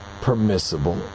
permissible